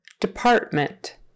Department